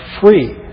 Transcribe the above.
free